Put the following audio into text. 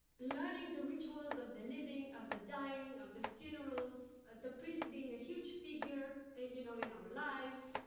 learning the rituals of the living, of the dying, of the funerals, of the priest being a huge figure, you know, in our lives,